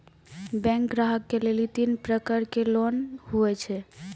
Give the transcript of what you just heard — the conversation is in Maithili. बैंक ग्राहक के लेली तीन प्रकर के लोन हुए छै?